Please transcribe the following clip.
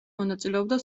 მონაწილეობდა